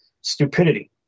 stupidity